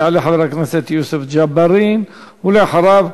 יעלה חבר הכנסת יוסף ג'בארין, ואחריו,